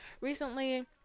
Recently